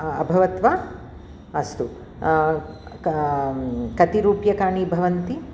अभवत् वा अस्तु क कति रूप्यकाणि भवन्ति